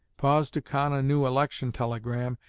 pause to con a new election telegram,